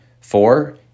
Four